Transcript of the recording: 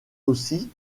aussi